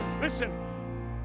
Listen